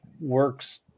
works